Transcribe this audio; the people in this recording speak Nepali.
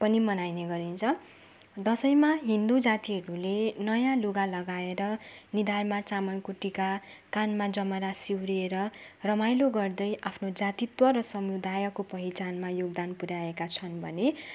पनि मनाइने गरिन्छ दसैँमा हिन्दू जातिहरूले नयाँ लुगा लगाएर निधारमा चामलको टिका कानमा जमरा सिउरिएर रमाइलो गर्दै आफ्नो जातित्व र समुदायको पहिचानमा योगदान पुऱ्याएका छन् भने